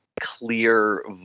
clear